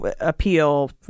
appeal